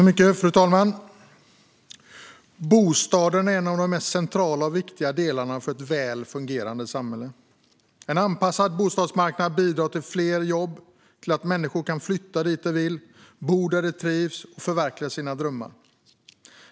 Fru talman! Bostaden är en av de mest centrala och viktiga delarna för ett väl fungerande samhälle. En anpassad bostadsmarknad bidrar till fler jobb och till att människor kan flytta dit de vill, bo där de trivs och förverkliga sina drömmar.